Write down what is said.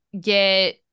get